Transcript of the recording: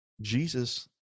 Jesus